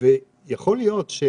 יכול להיות,